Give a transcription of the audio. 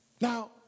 Now